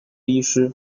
医师